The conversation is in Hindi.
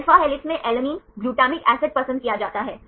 alpha हेलिक्स में एलैनिन ग्लूटामिक एसिड पसंद किया जाता है